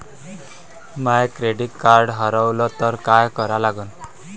माय credit card हारवलं तर काय करा लागन?